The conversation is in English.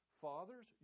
Fathers